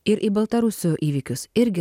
ir į baltarusių įvykius irgi